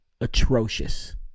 atrocious